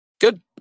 Good